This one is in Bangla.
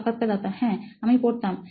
সাক্ষাৎকারদাতা হ্যাঁ আমি পড়তাম